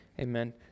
Amen